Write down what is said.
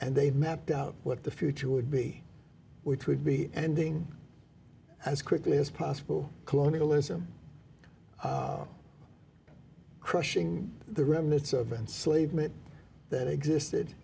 they mapped out what the future would be which would be ending as quickly as possible colonialism crushing the remnants of enslavement that existed